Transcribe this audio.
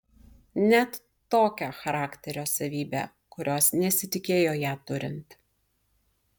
net tokią charakterio savybę kokios nesitikėjo ją turint